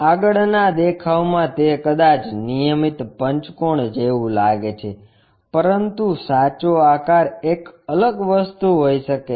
આગળના દેખાવમાં તે કદાચ નિયમિત પંચકોણ જેવું લાગે છે પરંતુ સાચો આકાર એક અલગ વસ્તુ હોઈ શકે છે